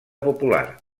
popular